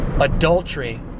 adultery